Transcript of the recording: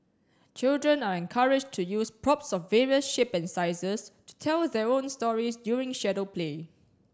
children are encouraged to use props of various shapes and sizes to tell their own stories using shadow play